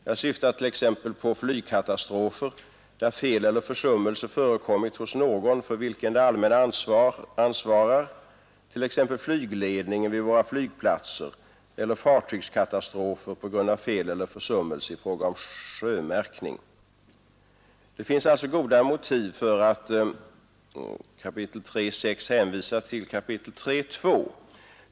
Jag syftar t.ex. på flygkatastrofer, där fel eller försummelse förekommit hos någon för vilken det allmänna ansvarar, t.ex. flygledningen vid våra flygplatser, eller fartygskatastrofer på grund av fel eller försummelse i fråga om sjömärkning. Det finns alltså goda motiv för att 3 kap. 6 § hänvisar till 3 kap. 2 §.